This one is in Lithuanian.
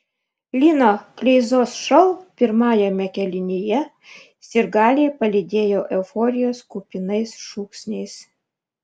lino kleizos šou pirmajame kėlinyje sirgaliai palydėjo euforijos kupinais šūksniais